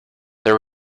there